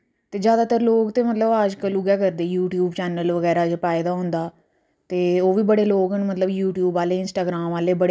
ते मुड़े दियां गै कुड़ियां जेह्कियां बनाई दियां होंदियां न डांस करने आस्तै ओह् लोह्ड़ी ते रातीं ही